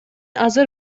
азыр